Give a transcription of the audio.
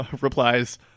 replies